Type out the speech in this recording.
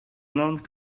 blonde